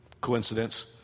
Coincidence